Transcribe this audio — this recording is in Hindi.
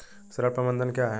ऋण प्रबंधन क्या है?